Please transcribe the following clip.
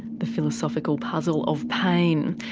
the philosophical puzzle of pain.